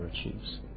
achieves